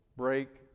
Break